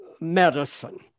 medicine